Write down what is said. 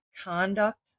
conduct